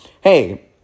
Hey